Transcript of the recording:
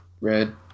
Red